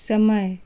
समय